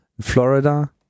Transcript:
Florida